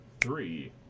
three